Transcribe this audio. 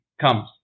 comes